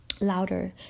louder